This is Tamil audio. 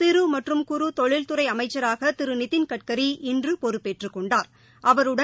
சிறுமற்றும் குறு தொழில்துறைஅமைச்சராகதிருநிதின் கட்கரி இன்றுபொறுப்பேற்றுக் கொண்டாா்